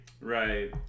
Right